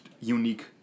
unique